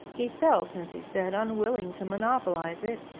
he felt, as he said, unwilling to monopolise it,